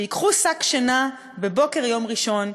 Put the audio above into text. שייקחו שק שינה בבוקר יום ראשון,